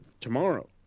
tomorrow